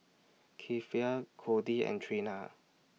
Kiefer Codie and Trina